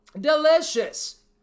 delicious